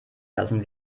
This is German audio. lassen